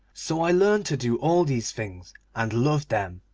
so i learned to do all these things and love them